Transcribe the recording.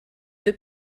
deux